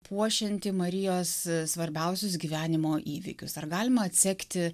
puošianti marijos svarbiausius gyvenimo įvykius ar galima atsekti